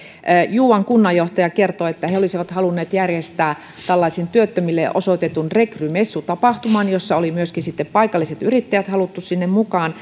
juuan kunnanjohtaja kertoi että he he olisivat halunneet järjestää työttömille osoitetun rekrymessutapahtuman johon oli myöskin paikalliset yrittäjät haluttu mukaan